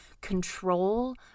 control